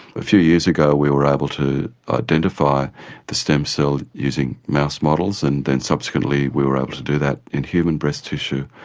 a few years ago we were able to identify the stem cell using mouse models and then subsequently we were able to do that in human breast tissue.